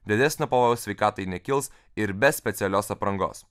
didesnio pavojaus sveikatai nekils ir be specialios aprangos